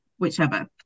whichever